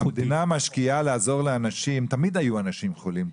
כשהמדינה משקיעה לעזור לאנשים תמיד היו אנשים חולים,